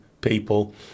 people